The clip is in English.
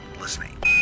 listening